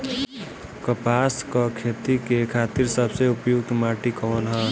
कपास क खेती के खातिर सबसे उपयुक्त माटी कवन ह?